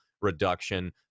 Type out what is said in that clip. reduction